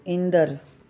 ईंदड़